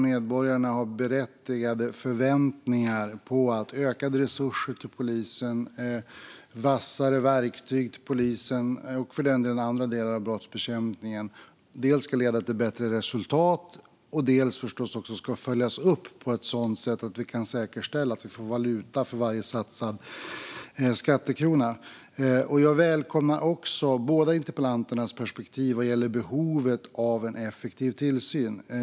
Medborgarna har berättigade förväntningar på att ökade resurser och vassare verktyg till polisen och för den delen andra delar av brottsbekämpningen dels ska leda till bättre resultat, dels ska följas upp på ett sådant sätt att vi kan säkerställa att vi får valuta för varje satsad skattekrona. Jag välkomnar båda interpellanternas perspektiv vad gäller behovet av en effektiv tillsyn.